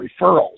referrals